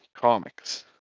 comics